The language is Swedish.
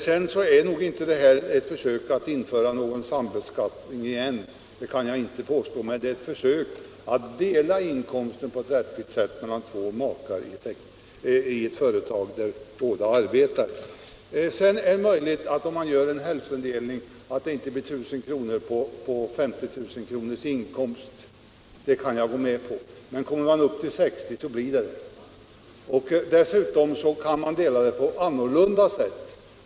Detta är inte något försök att införa sambeskattningen igen. Det kan jag inte påstå. Men det är ett försök att dela inkomsten på ett vettigt sätt mellan två makar i ett företag där båda arbetar. Det är möjligt att det inte, om man gör en hälftendelning, blir 1 000 kr. på 50 000 kronors inkomst. Det kan jag gå med på. Men kommer man upp till 60 000 blir det så. Dessutom kan man dela på annat sätt.